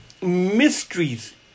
mysteries